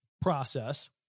process